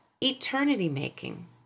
Eternity-making